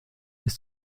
ist